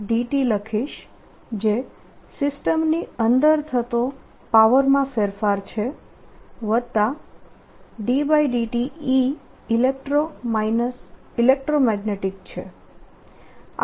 10 હું અહીં dWdt લખીશ જે સિસ્ટમની અંદર થતો પાવરમાં ફેરફાર છે વત્તા ddtEelectro magnetic છે